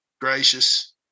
gracious